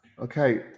Okay